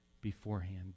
beforehand